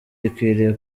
ikwiriye